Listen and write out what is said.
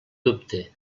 dubte